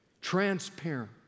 Transparent